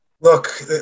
Look